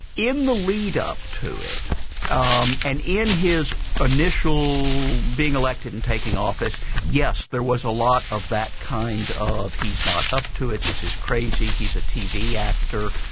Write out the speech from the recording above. in the lead-up to um and in his initial being elected and taking office, yes, there was a lot of that kind of he's not up to it. this is crazy. he's a tv actor